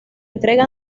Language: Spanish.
entrega